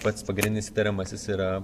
pats pagrindinis įtariamasis yra